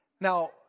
Now